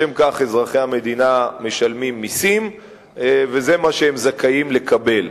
לשם כך אזרחי המדינה משלמים מסים וזה מה שהם זכאים לקבל.